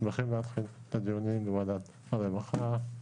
אנחנו מברכים על הדיונים בוועדת הרווחה.